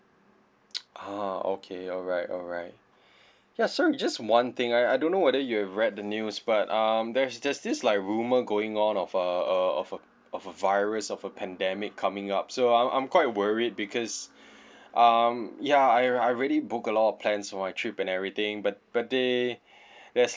ah okay alright alright ya so just one thing I I don't know whether you have read the news but um there's there's this like rumor going on of a err of a of a virus of a pandemic coming up so I'm I'm quite worried because um ya I I already book a lot of plans for my trip and everything but but they there's